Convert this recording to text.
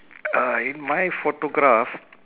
uh in my photograph